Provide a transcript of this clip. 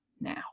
now